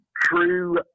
true